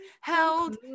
held